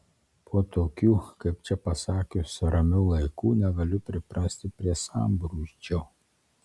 po tokių kaip čia pasakius ramių laikų negaliu priprasti prie sambrūzdžio